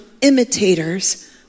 imitators